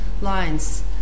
lines